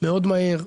בצורה מאוד מהירה,